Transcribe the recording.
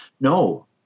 No